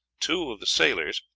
two of the sailors,